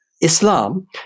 Islam